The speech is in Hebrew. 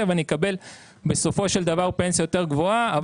ואני אקבל בסופו של דבר פנסיה יותר גבוהה.